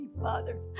Father